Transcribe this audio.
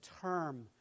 term